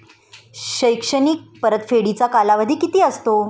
शैक्षणिक परतफेडीचा कालावधी किती असतो?